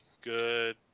good